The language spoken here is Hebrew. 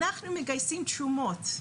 אנחנו מגייסים תרומות.